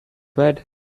bed